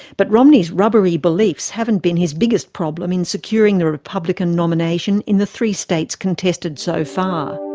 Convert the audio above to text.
but romney's rubbery beliefs haven't been his biggest problem in securing the republican nomination in the three states contested so far.